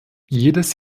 jedes